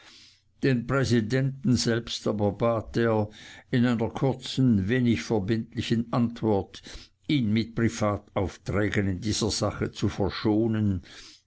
den präsidenten selbst aber bat er in einer kurzen wenig verbindlichen antwort ihn mit privataufträgen in dieser sache zu verschonen